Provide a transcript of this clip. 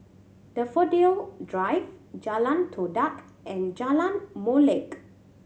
Daffodil Drive Jalan Todak and Jalan Molek